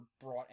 brought